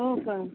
हो का